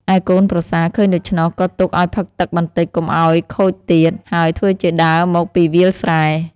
ឯកូនប្រសាឃើញដូច្នោះ ក៏ទុកឱ្យផឹកទឹកបន្តិចកុំឱ្យខូចទៀត ហើយធ្វើជាដើរមកពីវាលស្រែ។